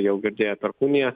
jau girdėjo perkūniją